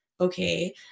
okay